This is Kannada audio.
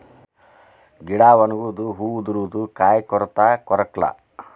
ಗಿಡಾ ಒಣಗುದು ಹೂ ಉದರುದು ಕಾಯಿ ಕೊರತಾ ಕೊರಕ್ಲಾ